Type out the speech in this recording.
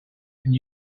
and